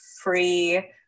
free